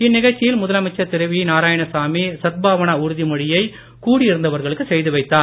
இந்நிகழ்ச்சியில் முதலமைச்சர் திரு நாராயணசாமி சத்பவனா உறுதி மொழியை கூடி இருந்தவர்களுக்கு செய்து வைத்தார்